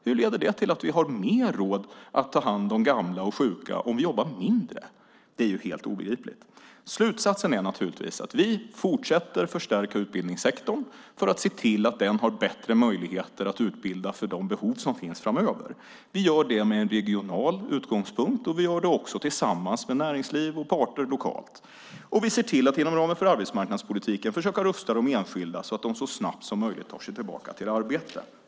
Hur kan vi få mer råd att ta hand om gamla och sjuka om vi jobbar mindre? Det är helt obegripligt. Slutsatsen är att vi fortsätter att förstärka utbildningssektorn för att se till att den har bättre möjligheter att utbilda för de behov som finns framöver. Vi gör det med regional utgångspunkt, och vi gör det tillsammans med näringsliv och parter lokalt. Vi ser till att inom ramen för arbetsmarknadspolitiken försöka rusta de enskilda så att de så snabbt som möjligt tar sig tillbaka till arbete.